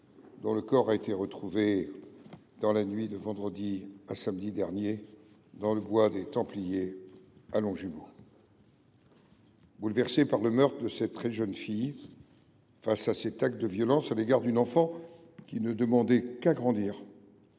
dont le corps a été retrouvé dans la nuit de vendredi à samedi dernier dans le bois des Templiers, à Longjumeau. Bouleversés par le meurtre de cette très jeune fille, face à cet acte de violence à l’égard d’une enfant qui ne demandait qu’à grandir,